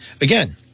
Again